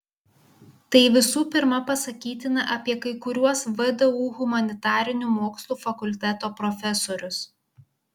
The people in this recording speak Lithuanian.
tai visų pirma pasakytina apie kai kuriuos vdu humanitarinių mokslų fakulteto profesorius